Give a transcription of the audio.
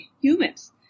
humans